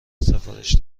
سفارش